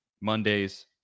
Mondays